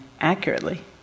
accurately